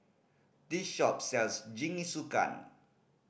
this shop sells Jingisukan